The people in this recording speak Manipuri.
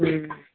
ꯎꯝ